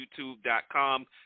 youtube.com